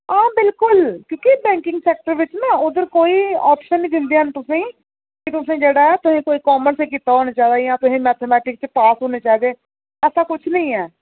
हां बिलकुल क्यूंकि बैंकिंग सैक्टर बिच ना उद्धर कोई आप्शन निं दिंदे हैन तुसें ई तुसें जेह्ड़ा ऐ तुसें कामर्स कोई कीता होने चाहिदा जां तुसे मैथेमैटिक्स च पास होने चाहिदे ऐसा किश नेईं ऐ